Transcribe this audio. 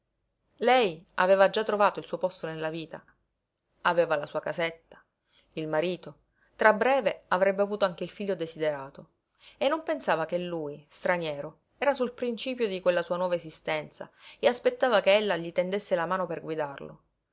lei aveva già trovato il suo posto nella vita aveva la sua casetta il marito tra breve avrebbe avuto anche il figlio desiderato e non pensava che lui straniero era sul principio di quella sua nuova esistenza e aspettava che ella gli tendesse la mano per guidarlo